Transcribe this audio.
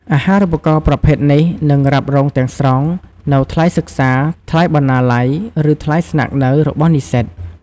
អាហារូបករណ៍ប្រភេទនេះនឹង រ៉ាប់រងទាំងស្រុង នូវ ថ្លៃសិក្សា ថ្លៃបណ្ណាល័យ ឬ ថ្លៃស្នាក់នៅ របស់និស្សិត។